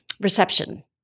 Reception